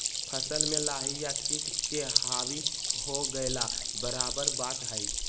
फसल में लाही या किट के हावी हो गेला बराबर बात हइ